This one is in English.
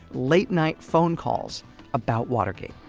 late-night phone calls about watergate